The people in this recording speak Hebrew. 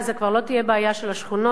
וזו כבר לא תהיה בעיה של השכונות,